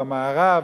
במערב,